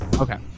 okay